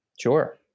Sure